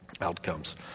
outcomes